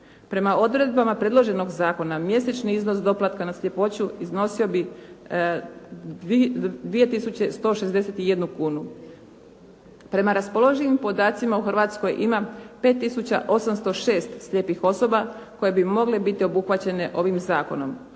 Prema odredbama predloženog zakona mjesečni iznos doplatka na sljepoću iznosio bi 2 tisuću 161 kunu. Prema raspoloživim podacima u Hrvatskoj ima 5 tisuća 806 slijepih osoba koje bi mogle biti obuhvaćene ovim zakonom.